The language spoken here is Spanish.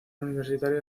universitaria